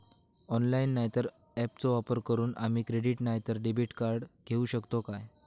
Online नाय तर ऍपचो वापर करून आम्ही क्रेडिट नाय तर डेबिट कार्ड घेऊ शकतो का?